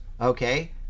okay